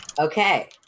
Okay